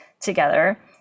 together